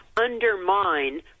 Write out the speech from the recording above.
undermine